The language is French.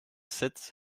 sept